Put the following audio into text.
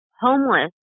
homeless